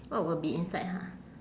what will be inside ha